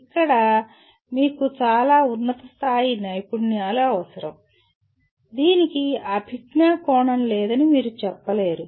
ఇక్కడ మీకు చాలా ఉన్నత స్థాయి నైపుణ్యాలు అవసరం మీరు చెప్పగలరు దీనికి అభిజ్ఞా కోణం లేదని మీరు చెప్పలేరు